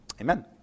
Amen